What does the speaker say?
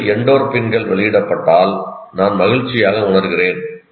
மூளையில் எண்டோர்பின்கள் வெளியிடப்பட்டால் நான் மகிழ்ச்சியாக உணர்கிறேன்